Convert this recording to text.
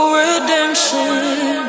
redemption